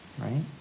right